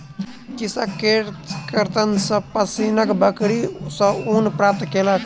कृषक केशकर्तन सॅ पश्मीना बकरी सॅ ऊन प्राप्त केलक